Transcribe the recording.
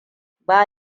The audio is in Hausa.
ba